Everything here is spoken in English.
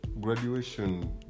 graduation